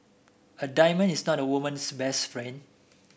a diamond is not a woman's best friend